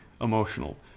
emotional